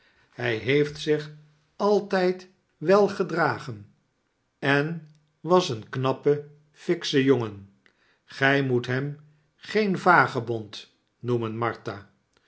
hij heeft zich altijd wel gedragen en wag een knappe nkssche jongen gij moet hem geen vagebond noemen martha